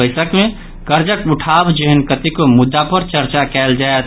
बैसक मे कर्जक उठाव जेहेन कतेको मुद्दा पर चर्चा कयल जायत